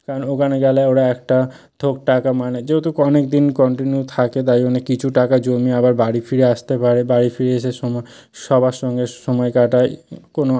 কারণ ওখানে গেলে ওরা একটা থোক টাকা মানে যেহেতু অনেকদিন কন্টিনিউ থাকে তাই জন্যে কিছু টাকা জমিয়ে আবার বাড়ি ফিরে আসতে পারে বাড়ি ফিরে এসে সময় সবার সঙ্গে সময় কাটায় কোনো